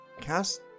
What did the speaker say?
cast